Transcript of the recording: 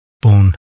born